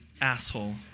asshole